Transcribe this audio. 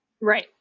Right